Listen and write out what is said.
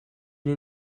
est